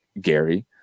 Gary